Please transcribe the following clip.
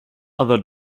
other